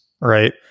right